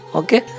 okay